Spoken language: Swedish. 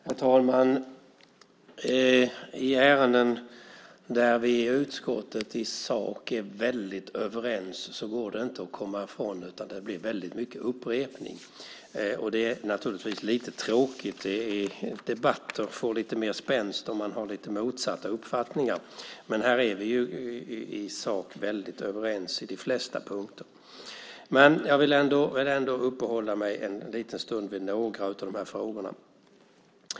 Herr talman! I ärenden där vi i utskottet i sak är väldigt överens går det inte att komma ifrån att det blir väldigt mycket upprepning, och det är naturligtvis lite tråkigt. Debatter får lite mer spänst om man har motsatta uppfattningar. Men här är vi i sak väldigt överens på de flesta punkter. Jag vill ändå uppehålla mig en liten stund vid några av de här frågorna.